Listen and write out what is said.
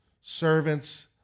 servants